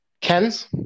Ken's